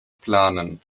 planen